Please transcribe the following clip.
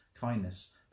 kindness